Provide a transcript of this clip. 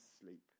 sleep